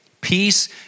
Peace